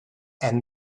and